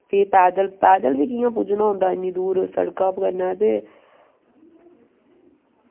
फ्ही पैद्दल पैद्दल बी कियां पुज्जना होंदा इन्नी दूर सड़का पर कन्नै ते